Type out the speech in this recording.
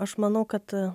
aš manau kad